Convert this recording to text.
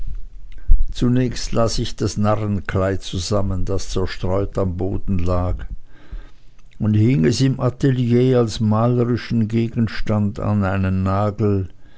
zunächst las ich das narrenkleid zusammen das zerstreut am boden lag und hing es im atelier als malerischen gegenstand an einen nagel